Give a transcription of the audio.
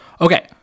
Okay